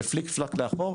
זה פליק פלאק לאחור,